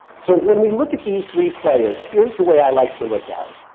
so when we look at these three players, here's the way i like to look at it,